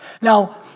Now